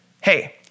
Hey